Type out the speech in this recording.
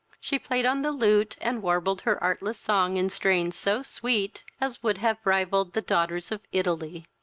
she played on the lute, and warbled her artless song in strains so sweet, as would have rivalled the daughters of italy.